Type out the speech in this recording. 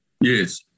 Yes